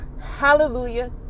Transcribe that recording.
hallelujah